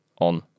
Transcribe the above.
on